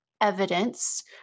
evidence